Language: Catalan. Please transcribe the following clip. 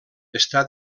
està